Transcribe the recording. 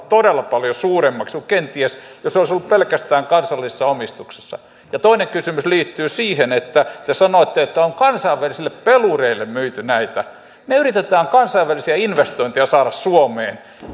todella paljon suuremmaksi kuin kenties jos olisi ollut pelkästään kansallisessa omistuksessa ja toinen kysymys liittyy siihen että te sanoitte että on kansainvälisille pelureille myyty näitä me yritämme kansainvälisiä investointeja saada suomeen